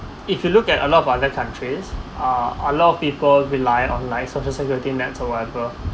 if you look at a lot of other countries uh a lot of people rely online social security nets or whatever